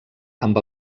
amb